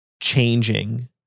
changing